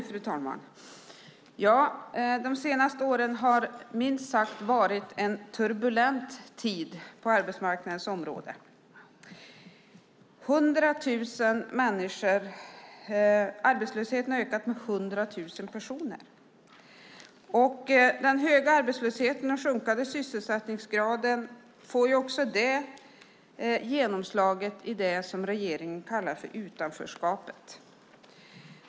Fru talman! De senaste åren har minst sagt varit en turbulent tid på arbetsmarknadens område. Arbetslösheten har ökat med 100 000 personer. Den höga arbetslösheten och den sjunkande sysselsättningsgraden får också genomslag i det som regeringen kallar för utanförskapet.